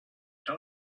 they